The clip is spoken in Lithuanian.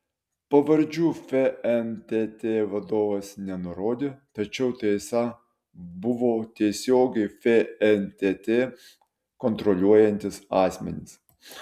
pavardžių fntt vadovas nenurodė tačiau tai esą buvo tiesiogiai fntt kontroliuojantys asmenys